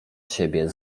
siebie